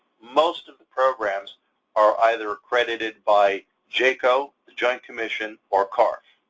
most of the programs are either accredited by jco, the joint commission, or carf.